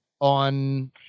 on